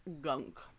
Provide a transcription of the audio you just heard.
gunk